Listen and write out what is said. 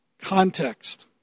context